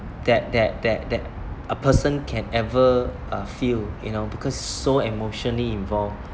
that that that that a person can ever uh feel you know because so emotionally involved